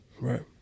Right